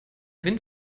wind